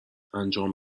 انجام